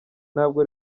ntabwo